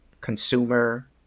consumer